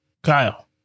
Kyle